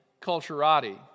culturati